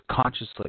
consciously